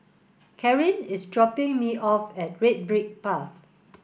Karin is dropping me off at Red Brick Path